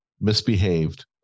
misbehaved